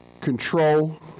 control